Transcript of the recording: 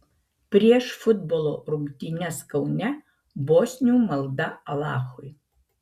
prieš futbolo rungtynes kaune bosnių malda alachui